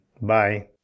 Bye